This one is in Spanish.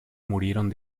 murieron